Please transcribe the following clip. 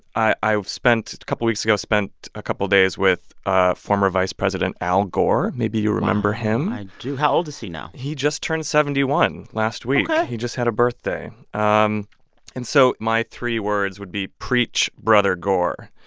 i i spent a couple weeks ago spent a couple of days with ah former vice president al gore. maybe you remember him i do. how old is he now? he just turned seventy one last week ok he just had a birthday. um and so my three words would be, preach, brother gore